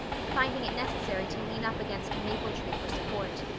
finding it necessary to lean up against a maple tree for support,